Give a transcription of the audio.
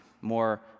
more